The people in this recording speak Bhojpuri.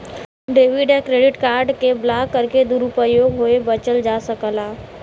डेबिट या क्रेडिट कार्ड के ब्लॉक करके दुरूपयोग होये बचल जा सकला